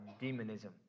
demonism